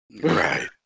Right